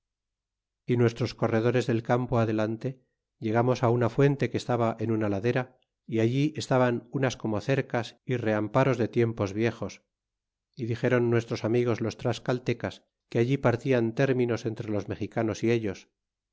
y nuestros corredores del campo adelante llegamos una fuente que estaba en una ladera y allí estaban unas como cercas y rearnparos de tiempos viejos y dixeron nuestros amigos los tlascaltecas que allí partian términos entre los mexicanos y ellos